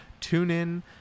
TuneIn